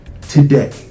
today